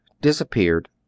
disappeared